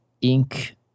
ink